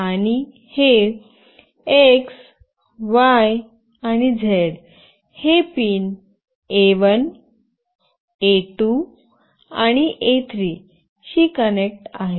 आणि हे x y आणि z हे पिन A1 A2 आणि A3 शी कनेक्ट आहे